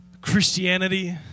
Christianity